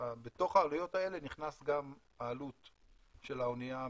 בתוך העלויות האלה נכנסת גם העלות של האנייה המגזזת.